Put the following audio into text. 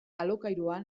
alokairua